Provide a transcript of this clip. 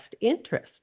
interest